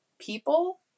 people